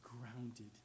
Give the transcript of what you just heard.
grounded